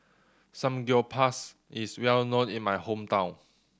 samgyeopsal is well known in my hometown